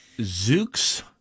Zooks